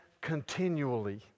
continually